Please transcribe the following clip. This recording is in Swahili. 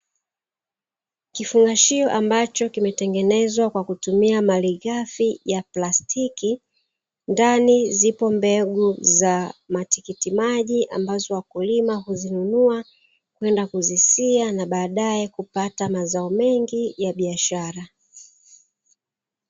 Kifungashio ambacho kimetengenezwa kwa kutumia malighafi ya plastiki, ndani zipo mbegu za matikiti maji ambazo wakulima huzinunua kwenda kuzisia, na baadaye kupata mazao mengi ya biashara.